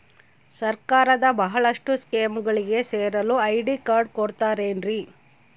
ಸರ್ಕಾರದ ಬಹಳಷ್ಟು ಸ್ಕೇಮುಗಳಿಗೆ ಸೇರಲು ಐ.ಡಿ ಕಾರ್ಡ್ ಕೊಡುತ್ತಾರೇನ್ರಿ?